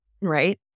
Right